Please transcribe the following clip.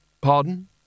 Pardon